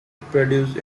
produced